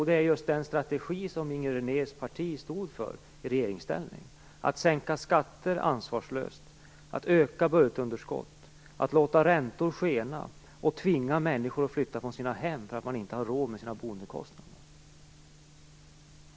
Jo, det är just den strategi som Inger Renés parti stod för i regeringsställning - att sänka skatter ansvarslöst, att öka budgetunderskottet, att låta räntor skena och att tvinga människor att flytta från sina hem för att de inte har råd med sina boendekostnader.